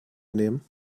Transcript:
nehmen